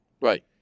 Right